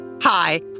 Hi